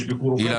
יש ביקורופא,